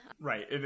Right